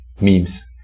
memes